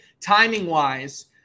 timing-wise